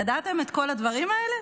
ידעתם את כל הדברים האלה?